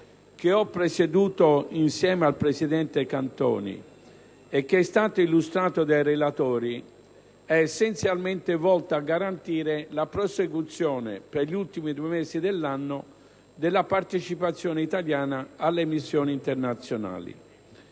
che ho presieduto insieme al presidente Cantoni, e che è stato illustrato dai relatori, è essenzialmente volto a garantire la prosecuzione, per gli ultimi due mesi dell'anno, della partecipazione italiana alle missioni internazionali.